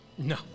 No